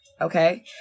Okay